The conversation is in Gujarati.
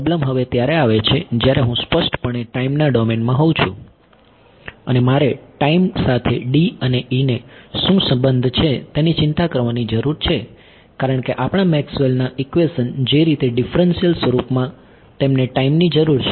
પ્રોબ્લેમ હવે ત્યારે આવે છે જ્યારે હું સ્પષ્ટપણે ટાઈમના ડોમેનમાં હોઉં છું અને મારે ટાઈમ સાથે અને ને શું સંબંધ છે તેની ચિંતા કરવાની જરૂર છે કારણ કે આપણા મેક્સવેલ ના ઇક્વેશન જે રીતે ડીફરન્શીયલ સ્વરૂપમાં તેમને ટાઈમની જરૂર છે